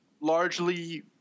largely